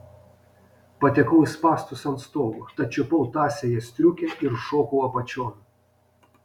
patekau į spąstus ant stogo tad čiupau tąsiąją striukę ir šokau apačion